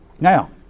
Now